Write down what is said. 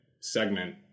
segment